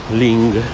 l'ing